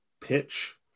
pitch